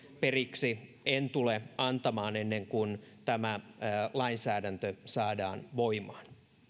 periksi en tule antamaan ennen kuin tämä lainsäädäntö saadaan voimaan